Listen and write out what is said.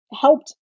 helped